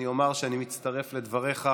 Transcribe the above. אני אומר שאני מצטרף לדבריך.